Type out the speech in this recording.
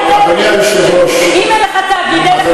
אם זה לא היה תאגיד לא היה מע"מ.